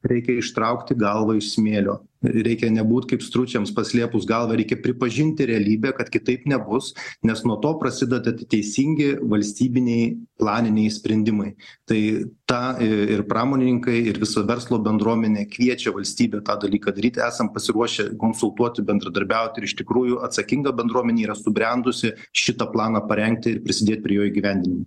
reikia ištraukti galvą iš smėlio reikia nebūt kaip stručiams paslėpus galvą reikia pripažinti realybę kad kitaip nebus nes nuo to prasideda teisingi valstybiniai planiniai sprendimai tai tą ir pramonininkai ir viso verslo bendruomenė kviečia valstybę tą dalyką daryti esam pasiruošę konsultuoti bendradarbiauti ir iš tikrųjų atsakinga bendruomenė yra subrendusi šitą planą parengti ir prisidėti prie jo įgyvendinimo